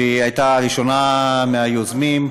שהייתה הראשונה ביוזמים.